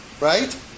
Right